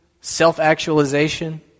self-actualization